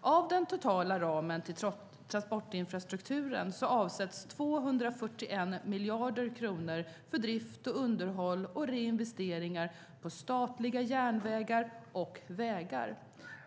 Av den totala ramen till transportinfrastrukturen avsätts 241 miljarder kronor för drift och underhåll och reinvesteringar av statliga järnvägar och vägar.